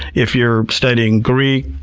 if you're studying greek,